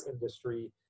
industry